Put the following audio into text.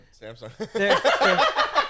Samsung